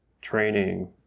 training